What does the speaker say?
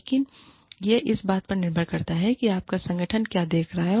लेकिन यह इस बात पर निर्भर करता है कि आपका संगठन क्या देख रहा है